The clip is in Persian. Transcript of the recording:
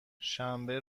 شنبه